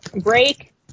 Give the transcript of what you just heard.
break